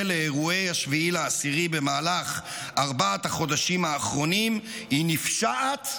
לאירועי 7 באוקטובר במהלך ארבעת החודשים האחרונים היא נפשעת,